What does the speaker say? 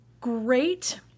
great